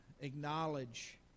acknowledge